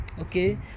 Okay